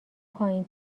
پایین